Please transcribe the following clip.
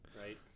right